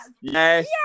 yes